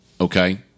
okay